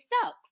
stuck